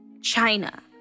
China